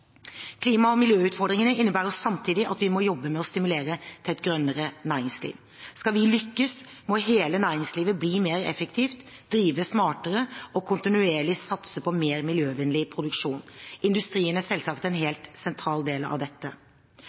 Klima- og miljøutfordringene innebærer samtidig at vi må jobbe med å stimulere til et grønnere næringsliv. Skal vi lykkes, må hele næringslivet bli mer effektivt, drive smartere og kontinuerlig satse på mer miljøvennlig produksjon. Industrien er selvsagt en helt sentral del av dette.